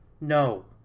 No